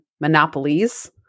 monopolies